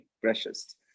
precious